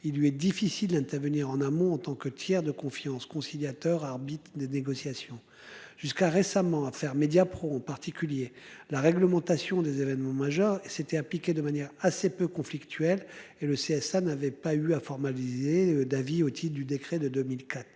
Il lui est difficile d'intervenir en amont en tant que tiers de confiance conciliateur arbitre des négociations jusqu'à récemment à faire Mediapro, en particulier, la réglementation des événements majeurs c'était impliqué de manière assez peu conflictuel et le CSA n'avait pas eu à formaliser Davy otite du décret de 2004.